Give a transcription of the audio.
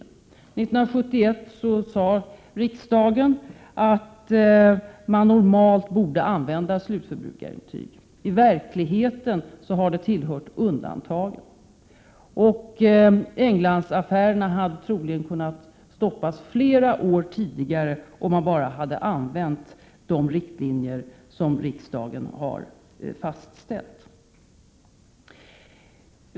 År 1971 uttalade riksdagen att man normalt borde använda slutförbrukarintyg. I verkligheten har detta tillhört undantagen. Englandsaffärerna hade troligen kunnat stoppas flera år tidigare om man bara hade använt de riktlinjer som riksdagen har fastställt.